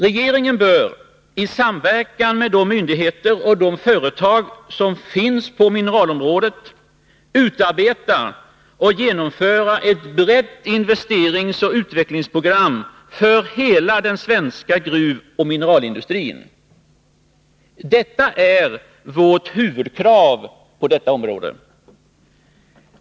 Regeringen bör, i samverkan med de myndigheter och företag som berörs av mineralfrågorna, utarbeta och genomföra ett brett investeringsoch utvecklingsprogram för den svenska gruvoch mineralindustrin. Det är vårt huvudkrav på detta område.